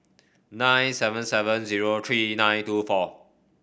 nine seven seven zero three nine two four